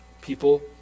People